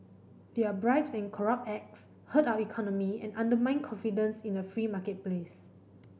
their bribes and corrupt acts hurt our economy and undermine confidence in the free marketplace